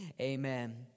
amen